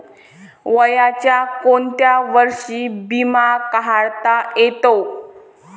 वयाच्या कोंत्या वर्षी बिमा काढता येते?